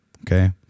Okay